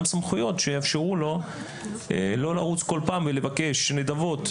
סמכויות שיאפשרו לו לא לרוץ כל פעם ולבקש נדבות.